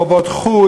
חובות חוץ,